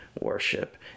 worship